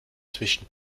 zwischen